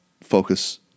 focus